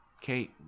kate